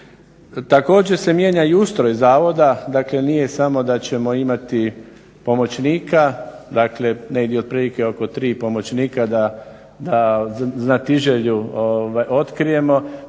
Također se mijenja i ustroj zavoda. Dakle, nije samo da ćemo imati pomoćnika. Dakle negdje otprilike oko 3 pomoćnika da znatiželju otkrijemo.